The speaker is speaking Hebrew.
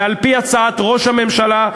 ועל-פי הצעת ראש הממשלה,